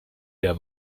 der